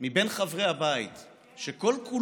מבין חברי הבית שכל-כולו,